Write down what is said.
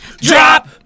drop